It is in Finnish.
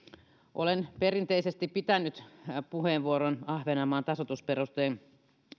olen perinteisesti pitänyt puheenvuoron ahvenanmaan tasoitusperusteen